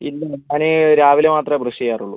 ഇല്ല ഞാൻ രാവിലെ മാത്രമേ ബ്രഷ് ചെയ്യാറുള്ളൂ